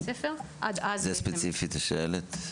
וספציפית לשעלת?